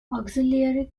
auxiliary